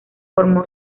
formó